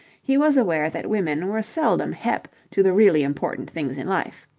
he was aware that women were seldom hep to the really important things in life.